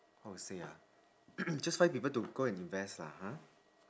how to say ah just find people to go and invest lah ha